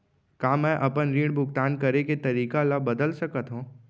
का मैं अपने ऋण भुगतान करे के तारीक ल बदल सकत हो?